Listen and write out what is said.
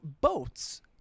boats